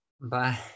Bye